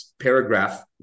paragraph